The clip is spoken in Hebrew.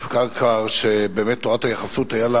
הוזכר כבר שבאמת, תורת היחסות, היה לה